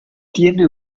tiene